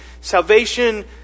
salvation